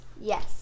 Yes